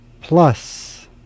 Plus